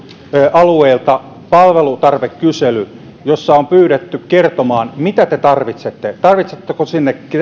alueilta palvelutarvekyselyn jossa on pyydetty kertomaan mitä te tarvitsette tarvitsetteko sinne